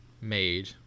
made